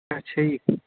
ਅੱਛਾ ਜੀ